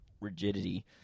rigidity